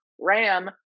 ram